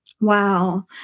Wow